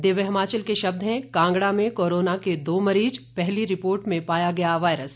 दिव्य हिमाचल के शब्द हैं कांगड़ा में कोरोना के दो मरीज पहली रिपोर्ट में पाया गया वायरस